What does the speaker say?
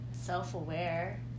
self-aware